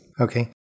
Okay